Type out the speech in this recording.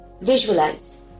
Visualize